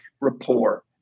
rapport